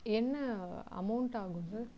என்ன அமௌன்ட் ஆகும் சார்